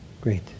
Great